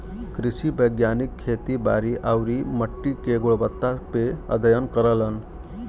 कृषि वैज्ञानिक खेती बारी आउरी मट्टी के गुणवत्ता पे अध्ययन करलन